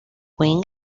wing